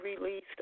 released